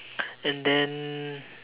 and then